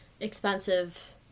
expensive